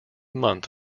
month